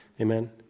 Amen